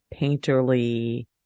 painterly